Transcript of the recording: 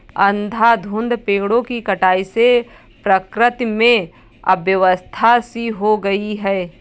अंधाधुंध पेड़ों की कटाई से प्रकृति में अव्यवस्था सी हो गई है